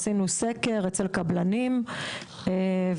עשינו סקר אצל קבלנים ואנחנו,